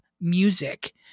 music